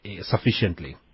Sufficiently